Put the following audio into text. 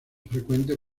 frecuente